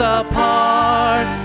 apart